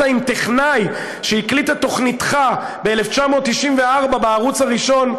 עם טכנאי שהקליט את תוכניתך ב-1994 בערוץ הראשון,